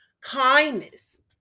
kindness